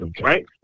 right